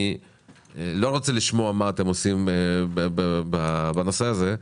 אני לא רוצה לשמוע מה אתם עושים בנושא הזה,